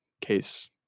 case